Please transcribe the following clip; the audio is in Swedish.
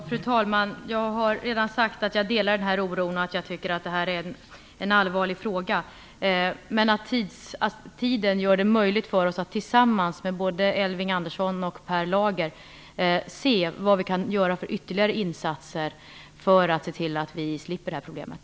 Fru talman! Jag har redan sagt att jag delar denna oro och att jag tycker att det här är en allvarlig fråga. Tiden gör det möjligt för mig, Elving Andersson och Per Lager att se vilka ytterligare insatser vi kan göra för att slippa det här problemet.